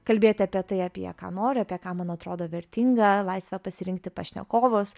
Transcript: kalbėti apie tai apie ką noriu apie ką man atrodo vertinga laisvę pasirinkti pašnekovus